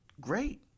Great